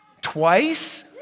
twice